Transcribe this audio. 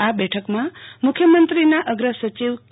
આ બેઠકમાં મુખ્યમંત્રીના અગ્રસચિવ કે